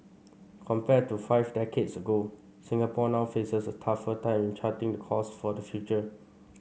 compared to five decades ago Singapore now faces a tougher time in charting the course for the future